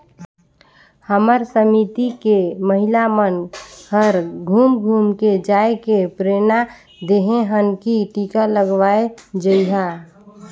हमर समिति के महिला मन हर घुम घुम के जायके प्रेरना देहे हन की टीका लगवाये जइहा